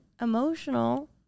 emotional